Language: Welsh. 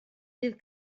bydd